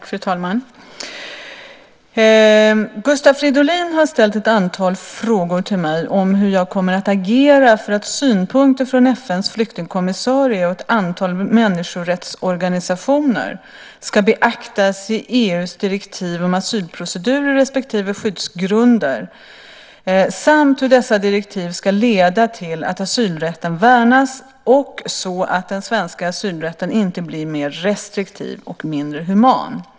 Fru talman! Gustav Fridolin har ställt ett antal frågor till mig om hur jag kommer att agera för att synpunkter från FN:s flyktingkommissarie och ett antal människorättsorganisationer ska beaktas i EU:s direktiv om asylprocedurer respektive skyddsgrunder, samt hur dessa direktiv ska leda till att asylrätten värnas och så att den svenska asylrätten inte blir mer restriktiv och mindre human.